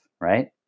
right